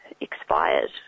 expired